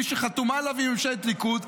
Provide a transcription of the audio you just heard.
מי שחתומה עליו היא ממשלת ליכוד,